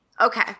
Okay